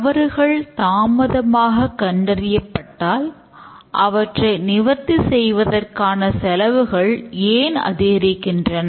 தவறுகள் தாமதமாக கண்டறியப்பட்டால் அவற்றை நிவர்த்தி செய்வதற்கான செலவுகள் ஏன் அதிகரிக்கின்றன